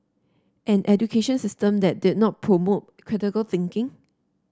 an education system that did not promote critical thinking